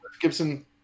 Gibson